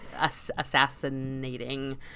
assassinating